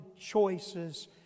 choices